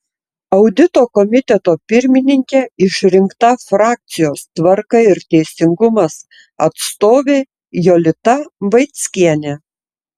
audito komiteto pirmininke išrinkta frakcijos tvarka ir teisingumas atstovė jolita vaickienė